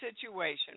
situation